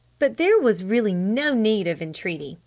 but there was really no need of entreaty.